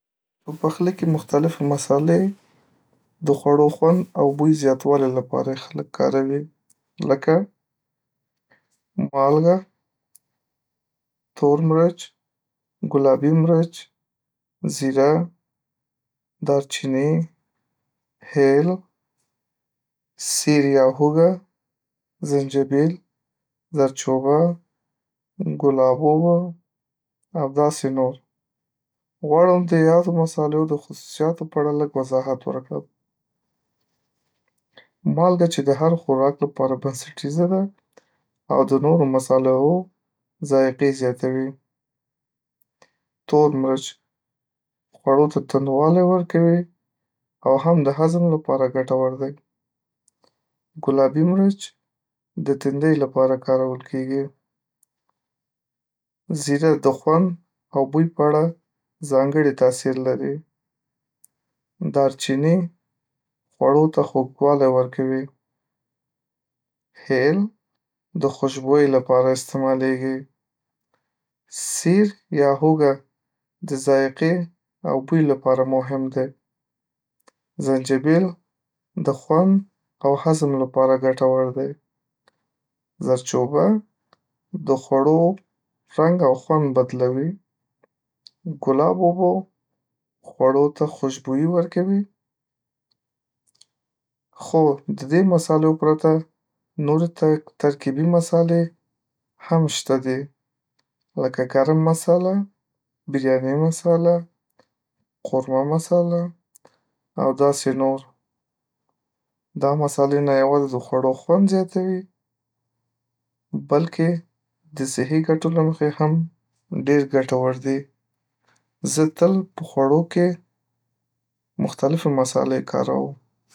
په پخلی کې مختلفي مصالحې د خوړو خوند او بوی زیاتوي لپاره یې خلک کاروي لکه مالګه، مالګه، تورمرچ، ګلابي مرچ، زیره، دار چیني، هیل، سیر یا هوږه، زنجبیل، زردچوبه، ګلاب اوبه، او داسي نورغواړم د یادومصالحو د خصوصیاتو په اړه لږ وضاحت ورکړم. .مالګه چې د هر خوراک لپاره بنسټیزه ده او د نورو مصالحو ذائقې زیاتوي .تور مرچ خوړو ته تندوالی ورکوي او هم د هضم لپاره ګټور دی .ګلابي مرچ د تندۍ لپاره کارول کیږي .زیره د خوند او بوی په اړه ځانګړې تاثیر لري .دارچینی خوړو ته خوږوالی ورکوي .هېل د خوشبويۍ لپاره استعمالیږي .سیریا هوږه د ذائقې او بوی لپاره مهم دی .زنجبیل د خوند او هضم لپاره ګټور دی .زردچوبه د خوړو رنگ او خوند بدلوي .ګلاب اوبه خوړو ته خوشبویی ورکوي .خو د دې مصالحو پرته نور تر ترکیبی مصالحی هم شته دي لکه ګرم مصالحه، بریانی مصالحه، قورمه مصالحه او داسي نور .دا مصالحې نه یوازې د خوړو خوند زیاتوي، بلکې د صحي ګټو له مخې هم ډېر ګټور دي زه تل په خوړو کې مختلفي مصالحي کاروم